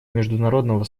международного